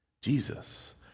Jesus